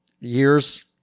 years